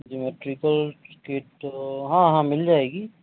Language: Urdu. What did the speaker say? جیومیٹریکل کٹ تو ہاں ہاں مِل جائے گی